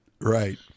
Right